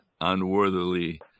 unworthily